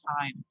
time